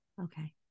Okay